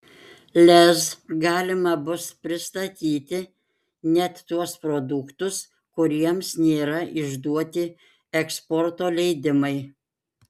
lez galima bus pristatyti net tuos produktus kuriems nėra išduoti eksporto leidimai